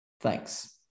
Thanks